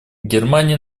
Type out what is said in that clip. германия